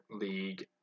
league